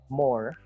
more